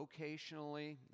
vocationally